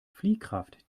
fliehkraft